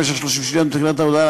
במשך 30 שניות מתחילת ההודעה,